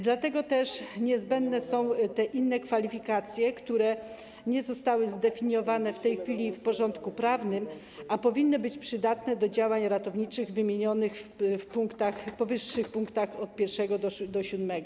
Dlatego też niezbędne są te inne kwalifikacje, które nie zostały zdefiniowane w tej chwili w porządku prawnym, a powinny być przydatne do działań ratowniczych wymienionych w powyższych punktach od 1. do 7.